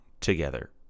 together